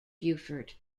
beaufort